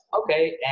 Okay